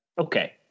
Okay